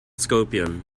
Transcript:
scorpion